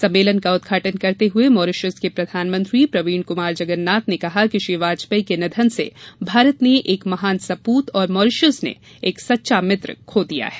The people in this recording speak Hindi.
सम्मेलन का उद्घाटन करते हुए मॉरिसस के प्रधानमंत्री प्रवीण कुमार जगन्नाथ ने कहा कि श्री वाजपेयी के निधन से भारत ने एक महान सपूत और मॉरीसस न सच्चा मित्र खो दिया है